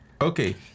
Okay